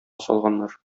салганнар